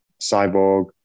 Cyborg